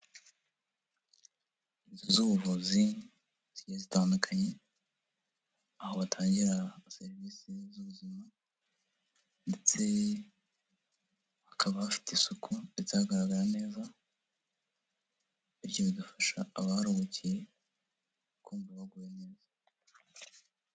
Inzu z'ubuvuzi zi zitandukanye aho batangira serivisi z'ubuzima ndetse bakaba bafite isuku ndetse hagaragara neza bityo bigafasha abaharuhukiye kumva baguye neza.